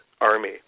army